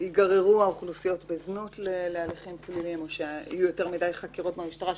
האוכלוסיות בזנות ייגררו להליכים פליליים או יהיו יותר חקירות במשטרה,